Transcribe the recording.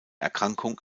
erkrankung